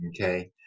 okay